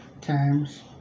times